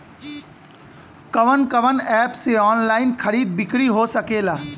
कवन कवन एप से ऑनलाइन खरीद बिक्री हो सकेला?